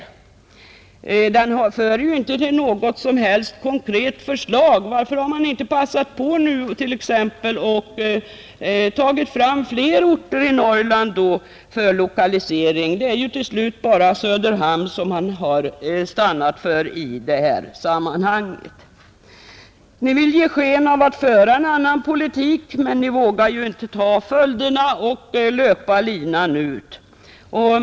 Den för ju inte till något som helst konkret förslag. Varför har man inte passat på och föreslagit fler orter i Norrland för lokalisering? Det är ju till slut bara Söderhamn som man har stannat för i detta sammanhang. Ni vill ge sken av att föra en annan politik, men ni vågar inte ta följderna och löpa linan ut.